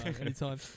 anytime